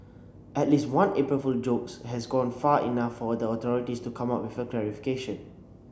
at least one April Fool jokes has gone far enough for the authorities to come out with a clarification